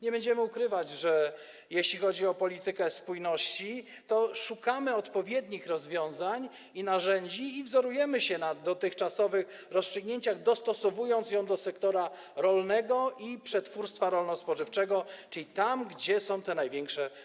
Nie będę ukrywać, że jeśli chodzi o politykę spójności, to szukamy odpowiednich rozwiązań i narzędzi i wzorujemy się na dotychczasowych rozstrzygnięciach, dostosowując je do sektora rolnego i przetwórstwa rolno-spożywczego, czyli tam, gdzie potrzeby są największe.